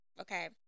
okay